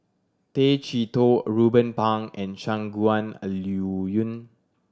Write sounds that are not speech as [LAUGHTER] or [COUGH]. Tay Chee Toh Ruben Pang and Shangguan [UNINTELLIGIBLE] Liuyun